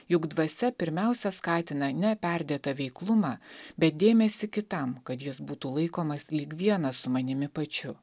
juk dvasia pirmiausia skatina ne perdėtą veiklumą bet dėmesį kitam kad jis būtų laikomas lyg vienas su manimi pačiu